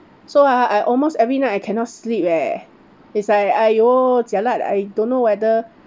so ah I almost every night I cannot sleep leh is like !aiyo! jialat I don't know whether